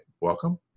Welcome